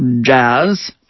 jazz